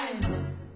time